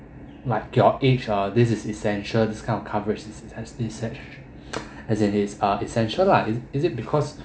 like your age uh this is essential this kind of coverage is sometimes is act~ as is in ah essential lah is it is it because